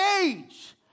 age